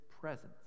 presence